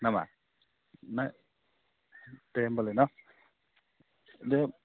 नामा ना दे होमब्लालाय न बे